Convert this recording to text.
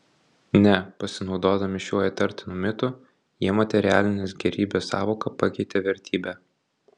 ne pasinaudodami šiuo įtartinu mitu jie materialinės gėrybės sąvoką pakeitė vertybe